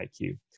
IQ